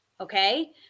Okay